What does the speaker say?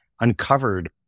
uncovered